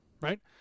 Right